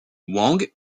wang